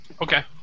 Okay